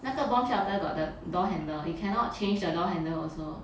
那个 bomb shelter got the door handle you cannot change the door handle also